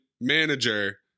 manager